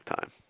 time